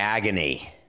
Agony